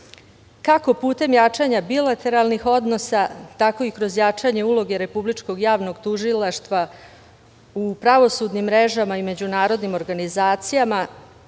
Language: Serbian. kako putem jačanja bilateralnih odnosa, tako i kroz jačanje uloge Republičkog javnog tužilaštva u pravosudnim mrežama i međunarodnim organizacijama